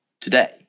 today